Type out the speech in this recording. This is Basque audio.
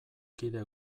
kide